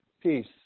Peace